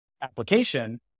application